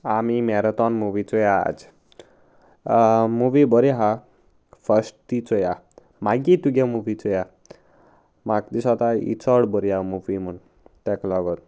आमी marathon movie चोया आज मुवी बरी आसा फस्ट ती चोया मागीर तुगे मुवी चोया म्हाका दिसता ही चड बरी आहा मुवी म्हूण ताका लागून